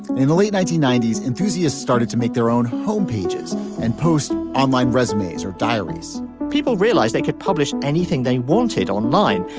in the late nineteen ninety s enthusiasts started to make their own home pages and post online recipes or diaries people realized they could publish anything they wanted online.